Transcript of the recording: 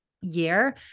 year